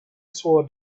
swore